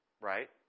right